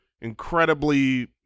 incredibly